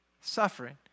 Suffering